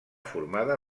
formada